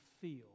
feel